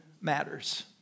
matters